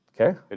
Okay